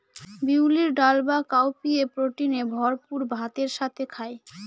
বিউলির ডাল বা কাউপিএ প্রোটিনে ভরপুর ভাতের সাথে খায়